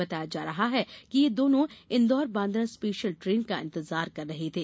बताया जा रहा है कि ये दोनों इन्दौर बान्द्रा स्पेशल ट्रेन का इंतजार कर रहे थे